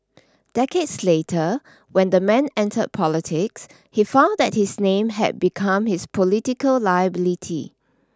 decades later when the man entered politics he found that his name had become his political liability